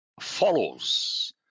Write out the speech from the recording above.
follows